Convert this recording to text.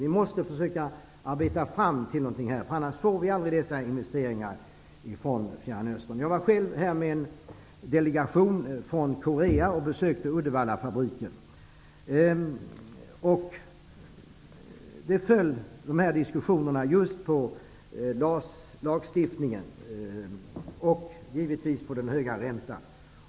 Vi måste försöka komma fram till någonting här, för annars får vi aldrig dessa investeringar från Fjärran Jag besökte själv Uddevallafabriken med en delegation från Korea. Diskussionerna föll just på lagstiftningen och givetvis på den höga räntan.